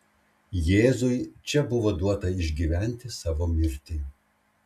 jėzui čia buvo duota išgyventi savo mirtį